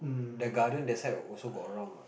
the garden that side also got a round what